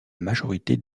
majorité